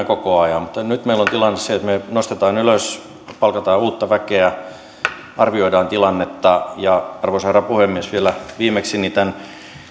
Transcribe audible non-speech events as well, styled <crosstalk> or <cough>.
<unintelligible> koko ajan meillä on tilanne se että me nostamme ylös palkkaamme uutta väkeä arvioimme tilannetta arvoisa herra puhemies vielä viimeksi tämän